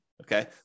Okay